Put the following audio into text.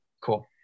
cool